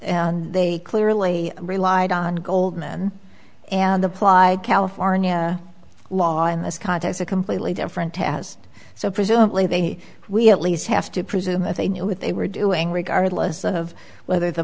is they clearly relied on goldman and applied california law in this context a completely different test so presumably they we at least have to presume that they knew what they were doing regardless of whether the